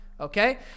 Okay